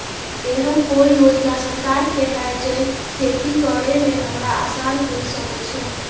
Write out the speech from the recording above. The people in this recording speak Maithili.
एहन कौय योजना सरकार के है जै खेती करे में हमरा आसान हुए सके छै?